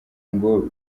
ngo